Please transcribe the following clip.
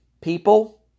people